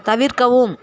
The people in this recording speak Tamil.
தவிர்க்கவும்